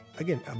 again